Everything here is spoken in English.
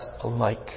alike